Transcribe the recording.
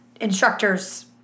instructors